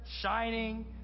shining